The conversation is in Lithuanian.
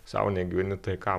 sau negyveni tai kam